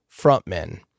frontmen